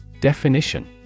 Definition